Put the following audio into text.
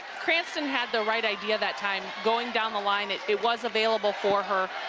cranston had the right idea that time, going down the line it it was available for her.